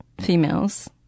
females